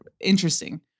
interesting